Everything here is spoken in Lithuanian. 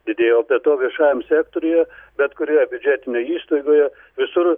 didėja o be to viešajam sektoriuje bet kurioje biudžetinėj įstaigoje visur